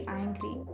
angry